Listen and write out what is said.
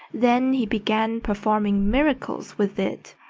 then he began performing miracles with it.